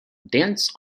dance